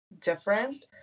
different